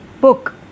book